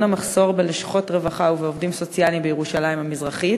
המחסור בלשכות רווחה ובעובדים סוציאליים בירושלים המזרחית,